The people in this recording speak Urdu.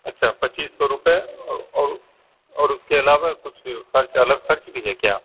اچھا پچیس سو روپئے اور اور اس کے علاوہ کچھ خرچ الگ خرچ بھی ہے کیا